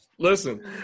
listen